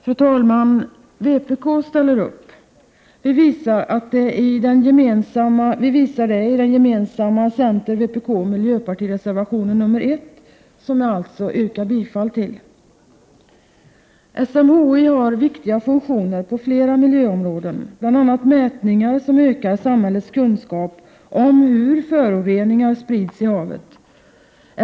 Fru talman, vpk ställer upp! Vi visar det i den gemensamma c-vpk-mpreservationen nr 1, som jag alltså yrkar bifall till. SMHI har viktiga funktioner på flera miljöområden, bl.a. mätningar som ökar samhällets kunskap om hur föroreningar sprids i havet.